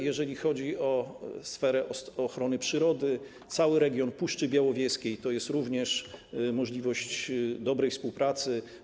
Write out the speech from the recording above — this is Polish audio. Jeżeli chodzi o sferę ochrony przyrody, o cały region Puszczy Białowieskiej, to oznacza również możliwość dobrej współpracy.